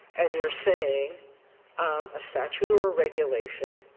and you're saying a statute or a regulation,